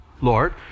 Lord